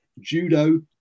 judo